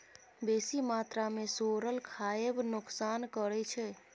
बेसी मात्रा मे सोरल खाएब नोकसान करै छै